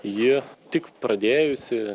ji tik pradėjusi